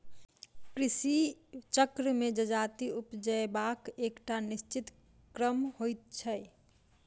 कृषि चक्र मे जजाति उपजयबाक एकटा निश्चित क्रम होइत छै